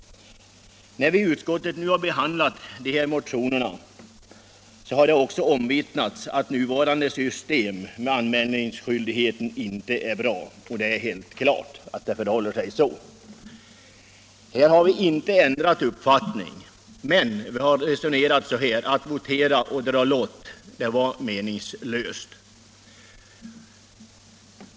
När vi i utskottet har behandlat motionerna har det också omvittnats att nuvarande system med anmälningsskyldighet inte är bra. Det är helt klart att det förhåller sig så. Här har vi inte ändrat uppfattning, men vi har resonerat så här: att votera och dra lott är meningslöst.